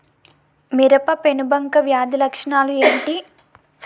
మిరప పెనుబంక వ్యాధి లక్షణాలు ఏంటి? నివారణకు వాడే పురుగు మందు చెప్పండీ?